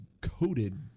coated